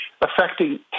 affecting